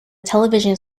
television